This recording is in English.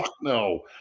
No